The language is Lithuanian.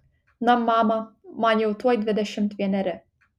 na mama man jau tuoj dvidešimt vieneri